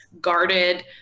guarded